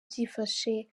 byifashe